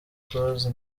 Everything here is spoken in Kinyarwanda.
close